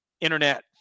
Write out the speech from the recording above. internet